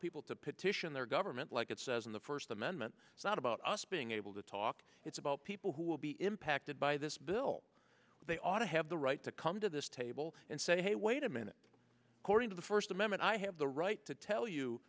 people to petition their government like it says in the first amendment it's not about us being able to talk it's about people who will be impacted by this bill they ought to have the right to come to this table and say hey wait a minute according to the first amendment i have the right to tell you